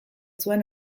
zuen